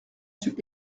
suis